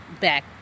back